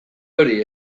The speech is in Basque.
hori